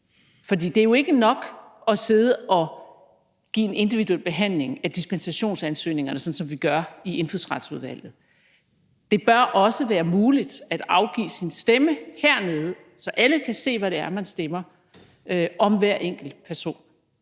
For det er jo ikke nok at sidde og give en individuel behandling af dispensationsansøgningerne, sådan som vi gør i Indfødsretsudvalget; det bør også være muligt at afgive sin stemme hernede, så alle kan se, hvad det er, man stemmer, om hver enkelt person.